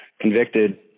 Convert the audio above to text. convicted